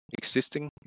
existing